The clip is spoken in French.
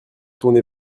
tourné